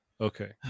okay